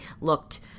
looked